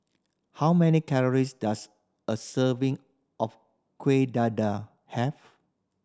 how many calories does a serving of Kueh Dadar have